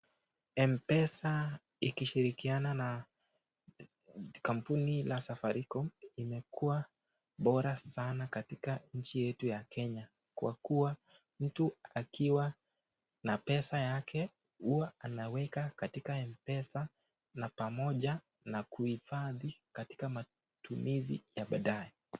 M-pesa ikishirikiana na kampuni la safaricom imekuwa ya bora sana katika nchi yetu ya Kenya, kwa kuwa mtu akiwa na pesa yake huwa anaweka katika mpesa na pamoja na kuhifadhi katika matumizi ya baadae.